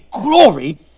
glory